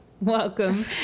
Welcome